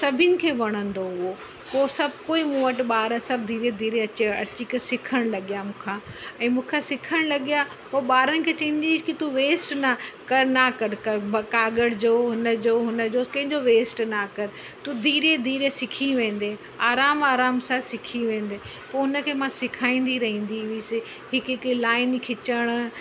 सभिनि खे वणंदो हुओ उहो पोइ सभु कोई मूं वटि ॿार सब धीरे धीरे अच अची करे सिखणु लॻिया मूंखां ऐं मूंखां सिखणु लॻिया पोइ ॿारनि खे चवंदी हुअसि की तू वेस्ट न करना कढ क काॻर जो हुन जो हुन जो कंहिंजो वेस्ट न कर तूं धीरे धीरे सिखी वेंदे आराम आराम सां सिखी वेंदे पो उन खे मां सेखारींदी रहंदी हुअसि हिकु हिकु लाइन खीचणु